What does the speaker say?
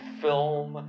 film